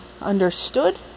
understood